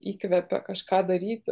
įkvepia kažką daryti